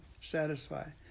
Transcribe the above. satisfied